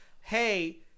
hey